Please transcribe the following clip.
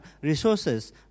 resources